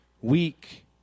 weak